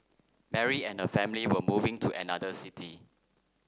Mary and her family were moving to another city